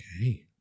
Okay